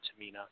tamina